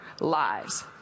lives